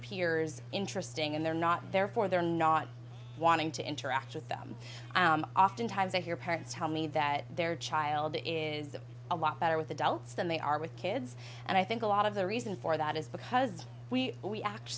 peers interesting and they're not therefore they're not wanting to interact with them oftentimes if your parents tell me that their child is a lot better with adults than they are with kids and i think a lot of the reason for that is because we we act